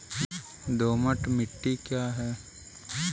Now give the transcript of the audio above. दोमट मिट्टी क्या है?